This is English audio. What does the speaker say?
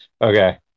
Okay